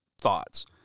thoughts –